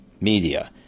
media